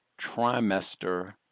trimester